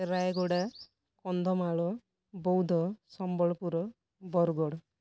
Rayagada Kandhamal Boudh Sambalpur Bargarh